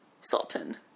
Sultan